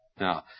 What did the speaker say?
Now